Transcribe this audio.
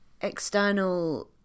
external